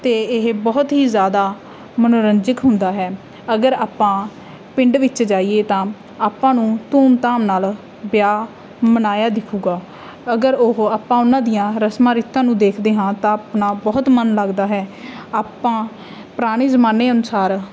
ਅਤੇ ਇਹ ਬਹੁਤ ਹੀ ਜ਼ਿਆਦਾ ਮਨੋਰੰਜਕ ਹੁੰਦਾ ਹੈ ਅਗਰ ਆਪਾਂ ਪਿੰਡ ਵਿੱਚ ਜਾਈਏ ਤਾਂ ਆਪਾਂ ਨੂੰ ਧੂਮਧਾਮ ਨਾਲ ਵਿਆਹ ਮਨਾਇਆ ਦਿਖੇਗਾ ਅਗਰ ਉਹ ਆਪਾਂ ਉਹਨਾਂ ਦੀਆਂ ਰਸਮਾਂ ਰੀਤਾਂ ਨੂੰ ਦੇਖਦੇ ਹਾਂ ਤਾਂ ਆਪਣਾ ਬਹੁਤ ਮਨ ਲੱਗਦਾ ਹੈ ਆਪਾਂ ਪੁਰਾਣੇ ਜ਼ਮਾਨੇ ਅਨੁਸਾਰ